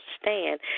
stand